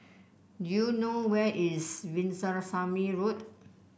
do you know where is Veerasamy Road